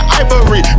ivory